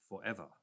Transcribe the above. forever